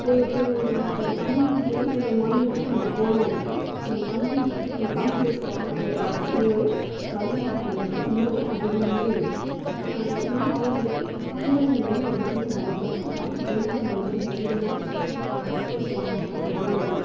ஒரு ஒரு ஒரு நா தமிழ்நாட்லேருந்து இன்னொரு மாநிலத்துக்கு நம்ம போனோம் அப்படின்னா நம்ம தமிழ் தமிழ் பேசுகிறவங்க அப்படின்னு தெரிஞ்சால் அங்கே ஒரு மரியாதை அப்படிங்குறது ரொம்பவே அதிகமாகவே இருக்கும் ஏன்னா அவங்களுக்கு தமிழர்கள் வந்து எதுக்குமே பயப்பட மாட்டாங்க எதா இருந்தாலும் தைரியமாக ஃபேஸ் பண்ணுவாங்க அப்படிங்கறது